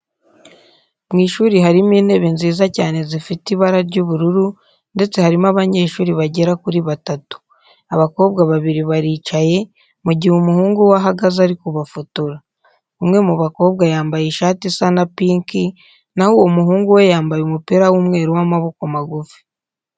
Mu ishuri harimo intebe nziza cyane zifite ibara ry'ubururu ndetse harimo abanyeshuri bagera kuri batatu. Abakobwa babiri baricaye, mu gihe umuhungu we ahagaze ari kubafotora. Umwe mu bakobwa yambaye ishati isa na pinki, na ho uwo muhungu we yambaye umupira w'umweru w'amaboko magufi.